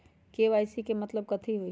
KYC के मतलब कथी होई?